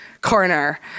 corner